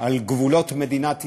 על גבולות מדינת ישראל,